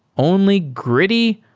only gritty,